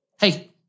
hey